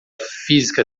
física